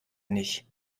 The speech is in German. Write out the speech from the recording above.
nicht